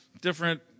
different